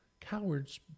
Cowards